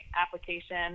application